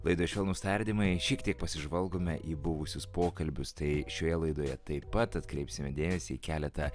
laidoj švelnūs tardymai šiek tiek pasižvalgome į buvusius pokalbius tai šioje laidoje taip pat atkreipsime dėmesį į keletą